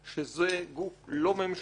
שזה גוף לא ממשלתי,